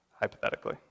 Hypothetically